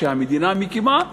שהמדינה מקימה,